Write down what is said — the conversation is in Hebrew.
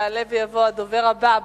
יעלה ויבוא הדובר הבא,